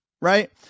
Right